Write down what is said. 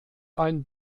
ein